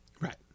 Right